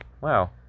wow